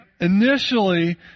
initially